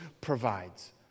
provides